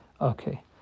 okay